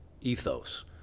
ethos